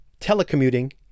telecommuting